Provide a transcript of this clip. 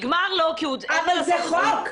אבל זה חוק.